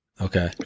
Okay